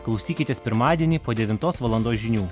klausykitės pirmadienį po devintos valandos žinių